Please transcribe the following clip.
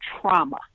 trauma